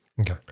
Okay